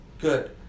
good